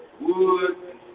wood